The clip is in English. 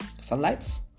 Sunlights